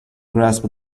grasp